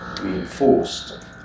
reinforced